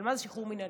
מה זה שחרור מינהלי?